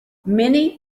many